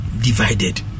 divided